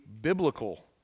biblical